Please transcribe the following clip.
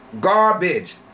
garbage